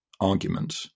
argument